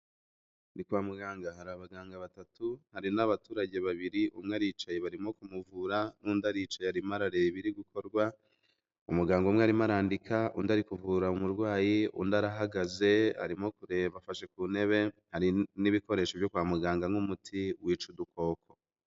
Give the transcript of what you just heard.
Ni kwa muganga, hari abaganga batatu, hari n'abaturage babiri, umwe aricaye barimo kumuvura, n'undi aricaye arimo arareba ibiri gukorwa, umuganga umwe arimo arandika, undi ari kuvura umurwayi, undi arahagaze arimo kureba afashe ku ntebe, hari n'ibikoresho byo kwa muganga nk'umuti wica udukoko.